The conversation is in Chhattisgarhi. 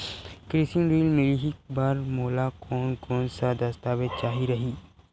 कृषि ऋण मिलही बर मोला कोन कोन स दस्तावेज चाही रही?